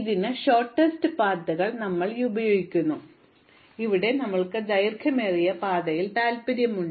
അതിനാൽ ഞങ്ങൾ ഹ്രസ്വമായ പാതകൾ തിരയുന്ന മറ്റ് പ്രശ്നങ്ങളിൽ നിന്നും വ്യത്യസ്തമായി ഇവിടെ ഞങ്ങൾക്ക് ദൈർഘ്യമേറിയ പാതയിൽ താൽപ്പര്യമുണ്ട്